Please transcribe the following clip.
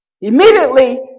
Immediately